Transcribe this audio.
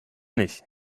nicht